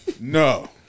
No